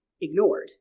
ignored